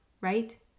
Right